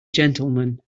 gentleman